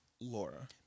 Laura